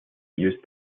used